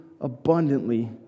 abundantly